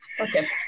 Okay